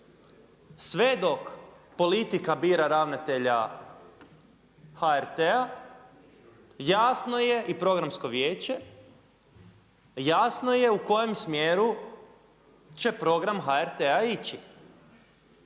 Sve dok politika bira ravnatelja HRT-a jasno je i programsko vijeće, jasno je u kojem smjeru će program HRT-a ići.